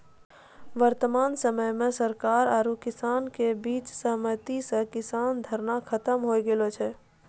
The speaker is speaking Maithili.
वर्तमान समय मॅ सरकार आरो किसान के बीच सहमति स किसान धरना खत्म होय गेलो छै